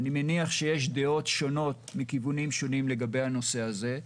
אני מניח שיש דעות שונות מכיוונים שונים לגבי הנושא הזה,